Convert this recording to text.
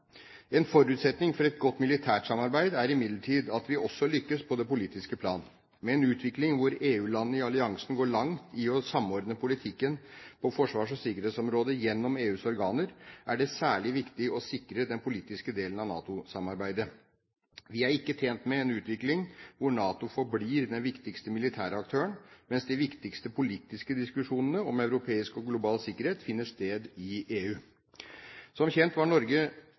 En forutsetning for et godt militært samarbeid er imidlertid at vi også lykkes på det politiske plan. Med en utvikling hvor EU-landene i alliansen går langt i å samordne politikken på forsvars- og sikkerhetsområdet gjennom EUs organer, er det særlig viktig å sikre den politiske delen av NATO-samarbeidet. Vi er ikke tjent med en utvikling hvor NATO forblir den viktigste militære aktøren, mens de viktigste politiske diskusjonene om europeisk og global sikkerhet finner sted i EU. Som kjent var